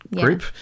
group